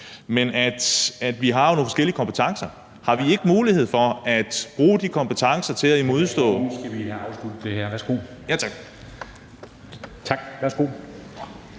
parti. Vi har jo nogle forskellige kompetencer. Har vi ikke mulighed for at bruge de kompetencer til at imødegå